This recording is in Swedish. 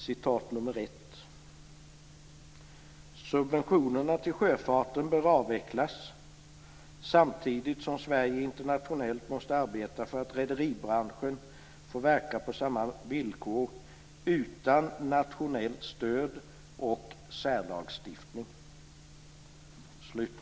Det första citatet: "Subventionerna till sjöfarten bör avvecklas, samtidigt som Sverige internationellt måste arbeta för att rederibranschen får verka på samma villkor utan nationellt stöd och särlagstiftning."